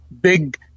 big